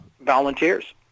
volunteers